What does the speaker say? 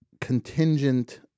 contingent